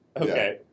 Okay